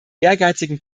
ehrgeizigen